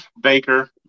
Baker